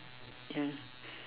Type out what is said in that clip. ya